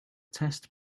test